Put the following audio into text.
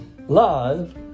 Love